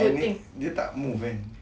dia tak move kan